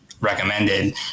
recommended